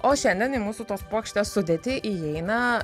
o šiandien į mūsų tos puokštės sudėtį įeina